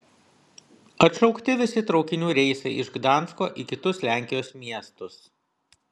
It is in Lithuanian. atšaukti visi traukinių reisai iš gdansko į kitus lenkijos miestus